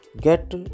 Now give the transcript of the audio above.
get